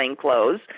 clothes